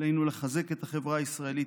עלינו לחזק את החברה הישראלית,